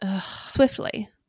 swiftly